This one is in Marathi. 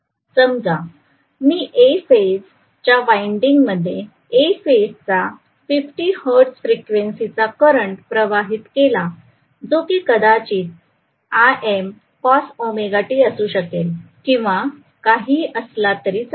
समजा मी A फेज च्या वाइंडिंग मध्ये A फेज चा 50 हर्ट्झ फ्रिक्वेन्सी चा करंट प्रवाहित केलाजो की कदाचित Im cosωt असू शकेल किंवा काहीही असला तरी चालेल